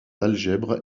algèbre